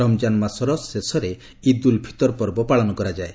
ରମ୍ଜାନ ମାସର ଶେଷରେ ଇଦ୍ ଉଲ୍ ଫିତର ପର୍ବ ପାଳନ କରାଯାଇଥାଏ